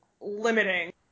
limiting